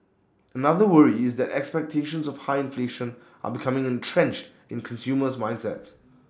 another worry is that expectations of high inflation are becoming entrenched in consumers mindsets